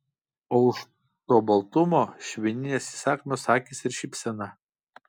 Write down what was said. o už to baltumo švininės įsakmios akys ir šypsena